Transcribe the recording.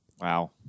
Wow